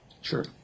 Sure